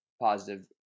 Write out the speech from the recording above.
positive